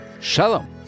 Shalom